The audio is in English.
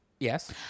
Yes